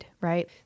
right